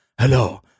hello